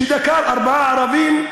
שדקר ארבעה ערבים,